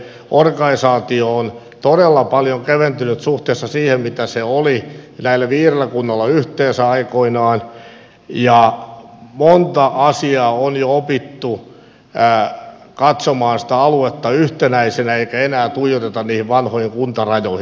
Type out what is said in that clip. organisaatio on todella paljon keventynyt suhteessa siihen mitä se oli näillä viidellä kunnalla yhteensä aikoinaan ja monta asiaa on jo opittu katsomaan sitä aluetta yhtenäisenä eikä enää tuijoteta niihin vanhoihin kuntarajoihin